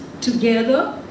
together